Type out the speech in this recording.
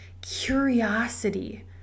curiosity